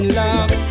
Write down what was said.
love